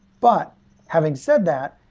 but having said that,